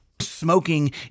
smoking